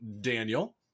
Daniel